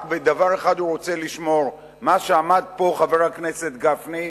רק דבר אחד הוא רוצה לשמור: מה שעמד פה חבר הכנסת גפני ואמר: